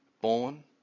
born